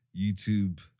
YouTube